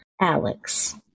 Alex